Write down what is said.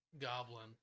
goblin